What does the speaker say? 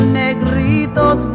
negritos